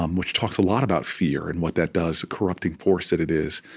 um which talks a lot about fear and what that does, the corrupting force that it is,